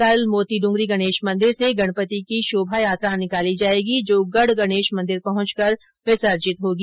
कल मोतीडुंगरी गणेश मंदिर से गणपति की शोभायात्रा निकाली जायेगी जो गढ़ गणेश मंदिर पहुंचकर समाप्त होगी